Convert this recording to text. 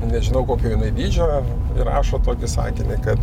nežinau kokio dydžio ir rašo tokį sakinį kad